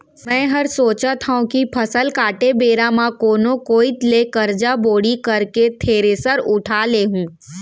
मैं हर सोचत हँव कि फसल काटे बेरा म कोनो कोइत ले करजा बोड़ी करके थेरेसर उठा लेहूँ